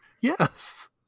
yes